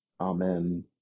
Amen